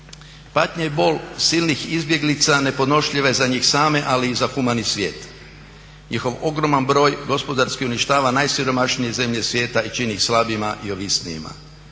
Patnja i bol silnih izbjeglica nepodnošljiva je za njih same ali i za humani svijet. Njihov ogroman broj gospodarski uništava najsiromašnije zemlje svijeta i čini ih slabijima i ovisnijima.